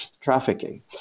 trafficking